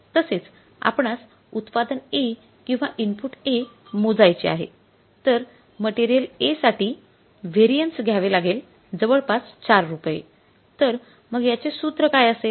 तसेच आपणास उत्पादन A किंवा इनपुट A मोजायचे आहे तर मटेरियल A साठी व्हेरिएन्स घ्यावे लागेल जवळपास ४ रुपये तर मग याचे सूत्र काय असेल